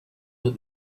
that